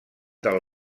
del